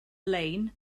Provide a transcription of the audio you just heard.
lein